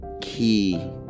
key